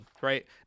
right